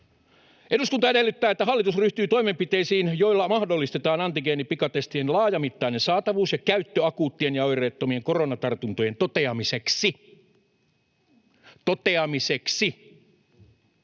”Eduskunta edellyttää, että hallitus ryhtyy toimenpiteisiin, joilla mahdollistetaan antigeenipikatestien laajamittainen saatavuus ja käyttö akuuttien ja oireettomien koronatartuntojen toteamiseksi.” Toteamiseksi.